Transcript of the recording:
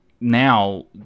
now